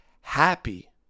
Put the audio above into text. happy